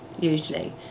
usually